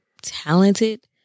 talented